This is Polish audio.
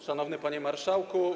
Szanowny Panie Marszałku!